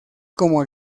como